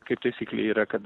kaip taisyklė yra kad